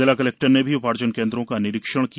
जिला कलेक्टर ने भी उपार्जन केन्द्रों का निरीक्षण किया